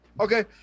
Okay